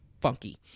funky